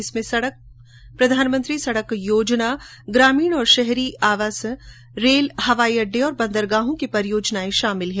इनमें सड़क प्रधानमंत्री सड़क योजना ग्रामीण और शहरी आवासन रेल हवाईअड्डे और बंदरगाहों की परियोजनाएं शामिल हैं